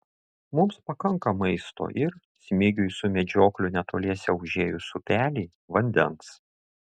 mums pakanka maisto ir smigiui su medžiokliu netoliese užėjus upelį vandens